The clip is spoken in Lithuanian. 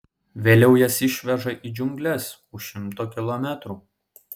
vėliau jas išveža į džiungles už šimto kilometrų